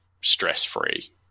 stress-free